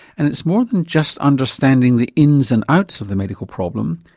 and it's more than just understanding the ins and outs of the medical problem,